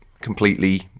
completely